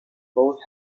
both